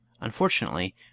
Unfortunately